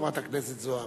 חברת הכנסת זוארץ.